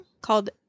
called